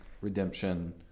redemption